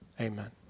Amen